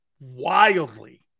wildly